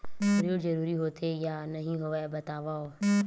ऋण जरूरी होथे या नहीं होवाए बतावव?